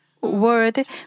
Word